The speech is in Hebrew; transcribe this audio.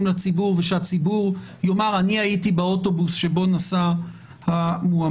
לציבור ושהציבור יאמר: אני הייתי באוטובוס שבו נסע המאומת.